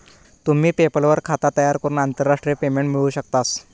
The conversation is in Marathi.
तुम्ही पेपल वर खाता तयार करून आंतरराष्ट्रीय पेमेंट मिळवू शकतास